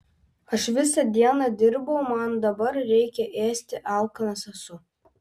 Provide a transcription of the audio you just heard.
aš visą dieną dirbau man dabar reikia ėsti alkanas esu